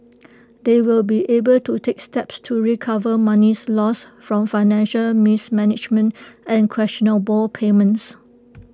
they will be able to take steps to recover monies lost from financial mismanagement and questionable payments